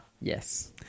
yes